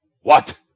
What